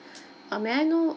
uh may I know